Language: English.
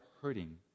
hurting